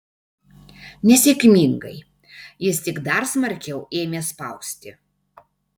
nesėkmingai jis tik dar smarkiau ėmė spausti